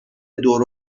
دور